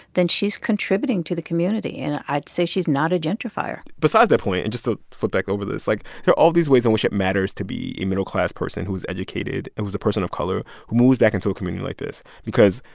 then she's contributing to the community and i'd say she's not a gentrifier besides that point and just to flip back over this like, there are all these ways in which it matters to be a middle-class person who is educated, and who's person of color who moves back into a community like this because,